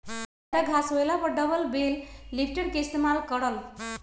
जादा घास होएला पर डबल बेल लिफ्टर के इस्तेमाल कर ल